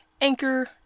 Anchor